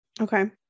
Okay